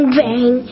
bang